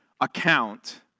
account